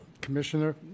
Commissioner